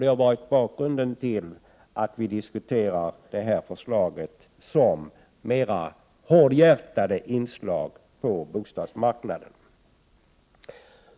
Det har varit bakgrunden till att vi diskuterar detta förslag som ett mera hårdhjärtat inslag på bostadsmarknaden.